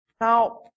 Now